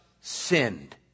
sinned